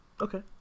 Okay